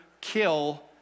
kill